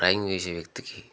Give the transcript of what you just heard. drawing వేసే వ్యక్తికి